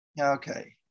Okay